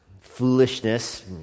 foolishness